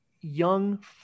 young